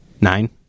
Nine